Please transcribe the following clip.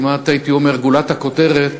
כמעט הייתי אומר, גולת הכותרת